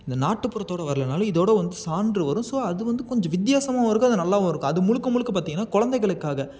இந்த நாட்டுப்புறத்தோட வரனாலும் இதோடு வந்து சான்று வரும் ஸோ அது வந்து கொஞ்சம் வித்தியாசமாகவும் இருக்கும் அது நல்லாவும் இருக்கும் அது முழுக்க முழுக்க பார்த்திங்கனா குழந்தைகளுக்காக